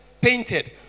painted